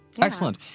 Excellent